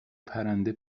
پرنده